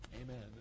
Amen